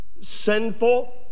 sinful